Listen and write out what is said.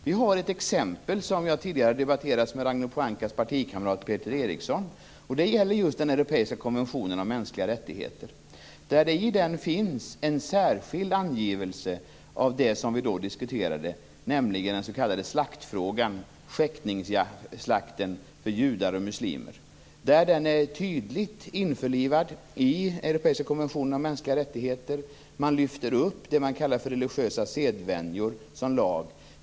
Vi har ett exempel som jag tidigare har debatterat med Ragnhild Pohankas partikamrat Peter Eriksson. Det gäller just den europeiska konventionen om mänskliga rättigheter. I den finns det en särskild angivelse av det som vi då diskuterade, nämligen den s.k. Den är tydligt införlivad i den europeiska konventionen om mänskliga rättigheter. Man lyfter upp det man kallar för religiösa sedvänjor som lag.